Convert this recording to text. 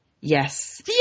Yes